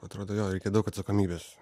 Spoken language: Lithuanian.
atrodo jo reikia daug atsakomybės